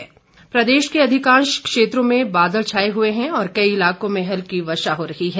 मौसम प्रदेश के अधिकांश क्षेत्रों में बादल छाए हुए हैं और कई इलाकों में हल्की वर्षा हो रही है